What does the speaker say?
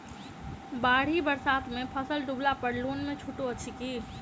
बाढ़ि बरसातमे फसल डुबला पर लोनमे छुटो अछि की